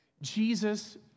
Jesus